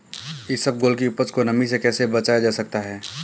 इसबगोल की उपज को नमी से कैसे बचाया जा सकता है?